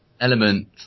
element